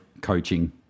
coaching